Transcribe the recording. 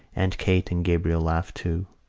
aunt kate and gabriel laughed too.